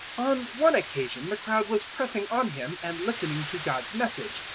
on one occasion the crowd was pressing on him and listening to god's message,